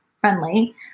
friendly